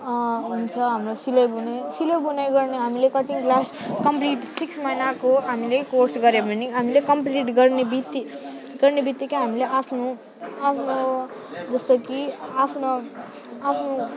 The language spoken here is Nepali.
हुन्छ हाम्रो सिलाइ बुनाइ सिलाइ बुनाइ गर्ने हामी कटिङ क्लास कम्प्लिट सिक्स महिनाको हामीले कोर्स गर्यो भने हामीले कम्प्लिट गर्नेबित्ति गर्नेबित्तिकै हामीले आफ्नो आफ्नो जस्तो कि आफ्नो आफ्नो